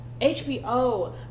HBO